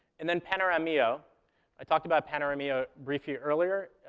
and then, panoramio i talked about panoramio briefly earlier.